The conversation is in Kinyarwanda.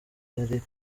yari